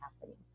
happening